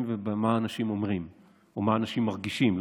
ובמה אנשים אומרים או מה אנשים מרגישים,